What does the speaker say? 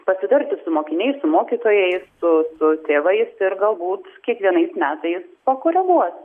pasitarti su mokiniais su mokytojais su su tėvais ir galbūt kiekvienais metais pakoreguot